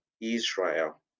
Israel